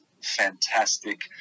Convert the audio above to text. fantastic